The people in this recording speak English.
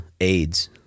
AIDS